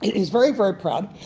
he's very, very proud.